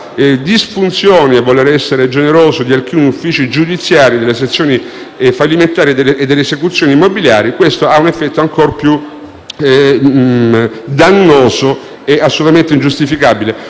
di disfunzioni, a voler essere generoso, di alcuni uffici giudiziari, delle sezioni fallimentari e delle esecuzioni immobiliari), questo ha un effetto ancor più dannoso e assolutamente ingiustificabile.